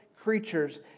creatures